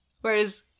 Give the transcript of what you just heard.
Whereas